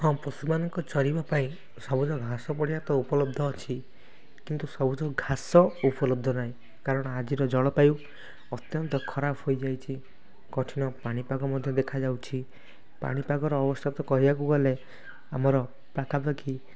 ହଁ ପଶୁ ମାନଙ୍କ ଚରିବା ପାଇଁ ସବୁଜ ଘାସ ପଡ଼ିଆ ତ ଉପଲବ୍ଧ ଅଛି କିନ୍ତୁ ସବୁଜ ଘାସ ଉପଲବ୍ଧ ନାହିଁ କାରଣ ଆଜିର ଜଳ ବାୟୁ ଅତ୍ୟନ୍ତ ଖରାପ ହୋଇଯାଇଛି କଠିନ ପାଣିପାଗ ମଧ୍ୟ ଦେଖାଯାଉଛି ପାଣିପାଗର ଅବସ୍ଥା ତ କହିବାକୁ ଗଲେ ଆମର ପାଖାପାଖି